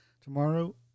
tomorrow